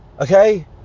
Okay